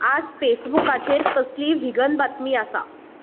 आज फेसबुकाचेर कसलीय व्हीगन बातमी आसा